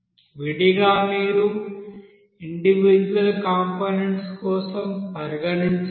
విడిగా మీరు individual components కోసం పరిగణించాలి